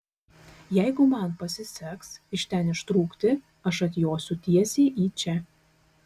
jeigu man pasiseks iš ten ištrūkti aš atjosiu tiesiai į čia